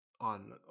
on